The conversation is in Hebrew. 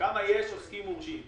כמה יש עוסקים מורשים.